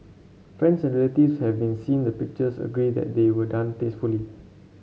friends and relatives have seen the pictures agree that they were done tastefully